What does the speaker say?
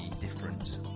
different